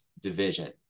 division